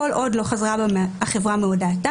כל עוד לא חזרה בה החברה מהודעתה,